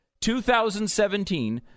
2017